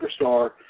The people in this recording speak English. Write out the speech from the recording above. superstar